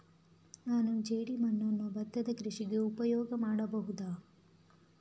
ನಾನು ಜೇಡಿಮಣ್ಣನ್ನು ಭತ್ತದ ಕೃಷಿಗೆ ಉಪಯೋಗ ಮಾಡಬಹುದಾ?